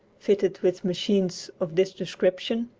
fitted with machines of this description,